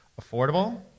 affordable